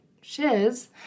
shiz